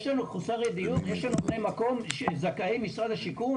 יש לנו --- יש לנו בני מקום זכאי משרד השיכון